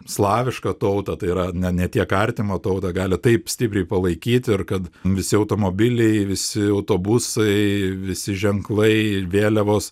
slavišką tautą tai yra ne ne tiek artimą tautą gali taip stipriai palaikyt ir kad visi automobiliai visi autobusai visi ženklai ir vėliavos